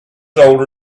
older